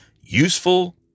Useful